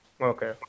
Okay